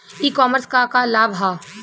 ई कॉमर्स क का लाभ ह?